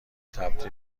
تبدیل